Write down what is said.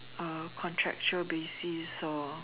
uh contractual basis or